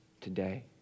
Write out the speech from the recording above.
today